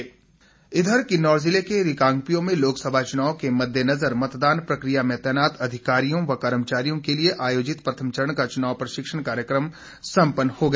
चुनाव रिहर्सल इधर किन्नौर जिले के रिकांगपिओ में लोकसभा चुनाव के मददेनजर मतदान प्रकिया में तैनात अधिकारियों व कर्मचारियों के लिए आयोजित प्रथम चरण का चुनाव प्रशिक्षण कार्यक्रम संपन्न हो गया